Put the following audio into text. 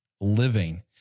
living